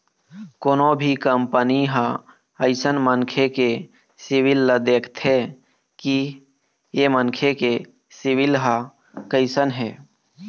कोनो भी कंपनी ह अइसन मनखे के सिविल ल देखथे कि ऐ मनखे के सिविल ह कइसन हे